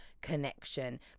connection